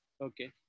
Okay